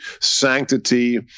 sanctity